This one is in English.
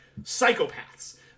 Psychopaths